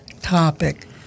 topic